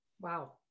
Wow